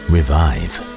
Revive